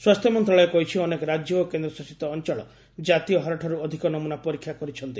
ସ୍ୱାସ୍ଥ୍ୟ ମନ୍ତ୍ରଣାଳୟ କହିଛି ଅନେକ ରାଜ୍ୟ ଓ କେନ୍ଦ୍ରଶାସିତ ଅଞ୍ଚଳ କାତୀୟ ହାରଠାରୁ ଅଧିକ ନମ୍ନନା ପରୀକ୍ଷା କରିଚ୍ଛନ୍ତି